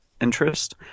interest